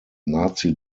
nazi